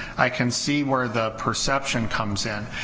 i can see where the perception comes in.